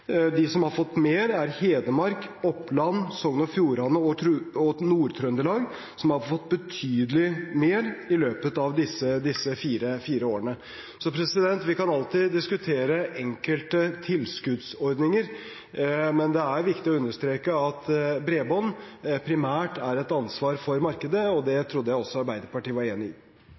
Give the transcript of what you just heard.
De som har fått mer, er Hedmark, Oppland, Sogn og Fjordane og Nord-Trøndelag, som har fått betydelig mer i løpet av disse fire årene. Vi kan alltid diskutere enkelte tilskuddsordninger, men det er viktig å understreke at bredbånd primært er et ansvar for markedet, og det trodde jeg også Arbeiderpartiet var enig i.